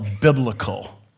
biblical